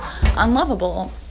unlovable